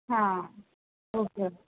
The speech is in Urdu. ہاں اوکے